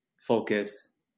focus